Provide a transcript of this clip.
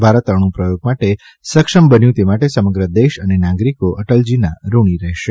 ભારત અણુપ્રથોગ માટે સક્ષમ બન્યુ તે માટે સમગ્ર દેશ અને નાગરિકો અટલજીના ઋણી રહેશે